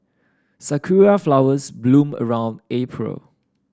sakura flowers bloom around April